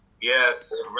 Yes